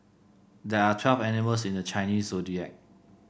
there are twelve animals in the Chinese Zodiac